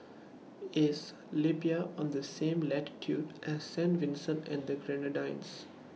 IS Libya on The same latitude as Saint Vincent and The Grenadines